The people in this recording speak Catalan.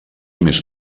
més